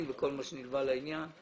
זאת תהיה ועדה מינהלית או משהו.